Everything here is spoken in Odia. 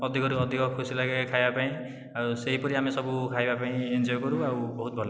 ଅଧିକରୁ ଅଧିକ ଖୁସି ଲାଗେ ଖାଇବା ପାଇଁ ଓ ସେହିପରି ଆମେ ସବୁ ଖାଇବା ପାଇଁ ଏଞ୍ଜୟ କରୁ ଆଉ ବହୁତ ଭଲ ଲାଗେ